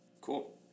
Cool